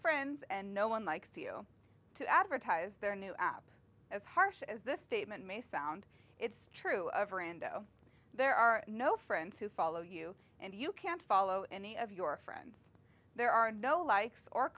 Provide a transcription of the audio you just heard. friends and no one likes you to advertise their new app as harsh as this statement may sound it's true over endo there are no friends who follow you and you can't follow any of your friends there are no likes o